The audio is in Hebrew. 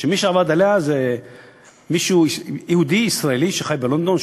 שמי שעבד עליה זה יהודי-ישראלי שחי בלונדון,